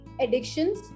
addictions